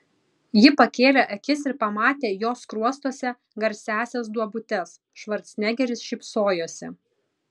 ji pakėlė akis ir pamatė jo skruostuose garsiąsias duobutes švarcnegeris šypsojosi